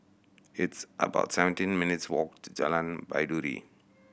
it's about seventeen minutes' walk to Jalan Baiduri